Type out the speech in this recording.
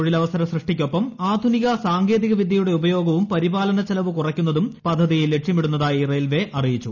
തൊഴിലവസര സൃഷ്ടിക്കൊപ്പം ആധുനിക സാങ്കേതിക വിദ്യയുടെ ഉപയോഗവും പരിപാലന ചെലവ് കുറയ്ക്കുന്നതും പദ്ധതി ലക്ഷ്യമിടുന്നതായി റെയിൽവെ അറിയിച്ചു